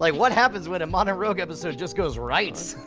like what happens when a modern rogue episode just goes right?